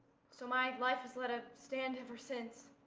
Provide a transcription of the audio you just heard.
so my life has lead a stand ever since.